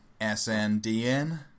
SNDN